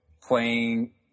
playing